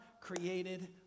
created